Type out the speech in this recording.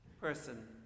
person